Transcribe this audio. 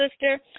sister